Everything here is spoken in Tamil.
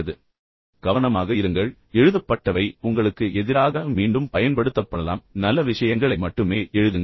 எனவே கவனமாக இருங்கள் எழுதப்பட்டவை உங்களுக்கு எதிராக மீண்டும் பயன்படுத்தப்படலாம் எனவே நல்ல விஷயங்களை மட்டுமே எழுதுங்கள்